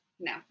No